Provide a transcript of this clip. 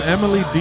Emily